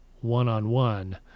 one-on-one